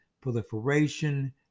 proliferation